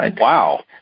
Wow